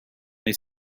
they